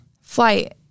flight